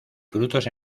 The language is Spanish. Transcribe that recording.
frutos